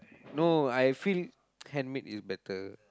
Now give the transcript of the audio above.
no I feel handmade is better